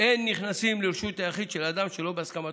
"אין נכנסים לרשות היחיד של אדם שלא בהסכמתו".